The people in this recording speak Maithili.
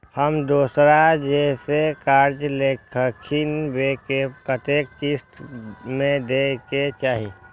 हम दोसरा से जे कर्जा लेलखिन वे के कतेक किस्त में दे के चाही?